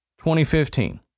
2015